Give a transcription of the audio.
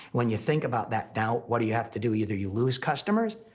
when you think about that doubt, what do you have to do? either you lose customers,